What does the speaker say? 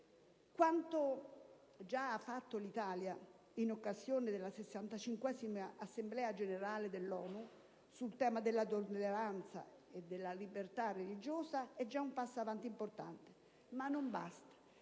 Quanto ha fatto l'Italia in occasione della 65a Assemblea generale dell'ONU, sul tema della tolleranza e della libertà religiosa, rappresenta già un passo in avanti importante, ma non basta.